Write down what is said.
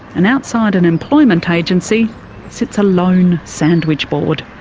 and outside an employment agency sits a lone sandwich board.